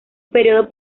período